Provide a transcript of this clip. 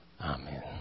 Amen